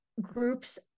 groups